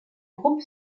groupe